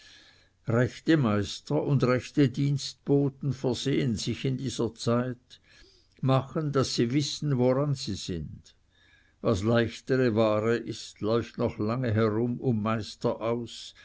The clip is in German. rechte meister und rechte dienstboten versehen sich in dieser zeit machen daß sie wissen woran sie sind was leichtere ware ist läuft noch lange herum um meister aus